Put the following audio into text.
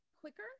quicker